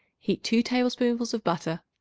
heat two tablespoonfuls of butter.